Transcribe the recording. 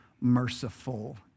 merciful